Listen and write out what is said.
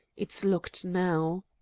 it's locked now.